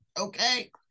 okay